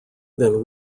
then